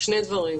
שני דברים,